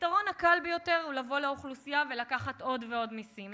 הפתרון הקל ביותר הוא לבוא לאוכלוסייה ולקחת עוד ועוד מסים,